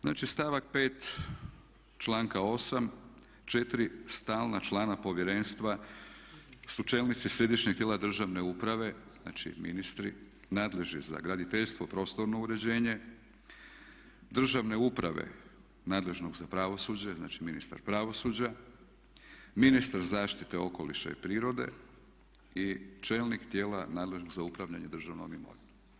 Znači stavak 5.članka 8.četiri stalna člana povjerenstva su čelnici središnjeg tijela državne uprave, znači ministri nadležni za graditeljstvo, prostorno uređenje, državne uprave nadležnog za pravosuđe, znači ministar pravosuđa, ministar zaštite okoliša i prirode i čelnik tijela nadležnog za upravljanje državnom imovinom.